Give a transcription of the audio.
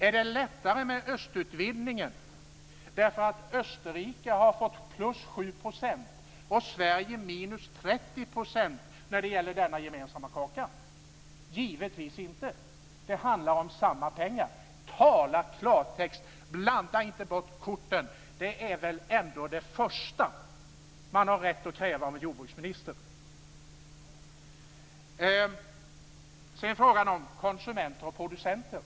Är det lättare med östutvidgningen för att Österrike har fått plus 7 % och Sverige minus 30 % när det gäller denna gemensamma kaka? Givetvis inte. Det handlar om samma pengar. Tala klartext - blanda inte bort korten! Det är väl ändå det första man har rätt att kräva av en jordbruksminister. Sedan gäller det frågan om konsumenter och producenter.